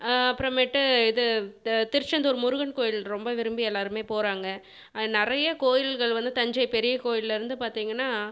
அப்புறமேட்டு இது திருச்செந்தூர் முருகன் கோயில் ரொம்ப விரும்பி எல்லாருமே போகிறாங்க நிறைய கோவில்கள் வந்து தஞ்சை பெரிய கோயில்லிருந்து பார்த்தீங்கனா